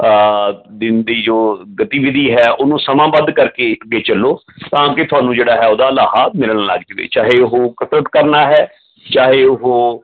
ਦਿਨ ਦੀ ਜੋ ਗਤੀਵਿਧੀ ਹੈ ਉਹਨੂੰ ਸਮਾਬੱਧ ਕਰਕੇ ਅੱਗੇ ਚੱਲੋ ਤਾਂ ਕਿ ਤੁਹਾਨੂੰ ਜਿਹੜਾ ਹੈ ਉਹਦਾ ਲਾਹਾ ਮਿਲਣ ਲੱਗ ਜਾਵੇ ਚਾਹੇ ਉਹ ਕਸਰਤ ਕਰਨਾ ਹੈ ਚਾਹੇ ਉਹ